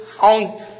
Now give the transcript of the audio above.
on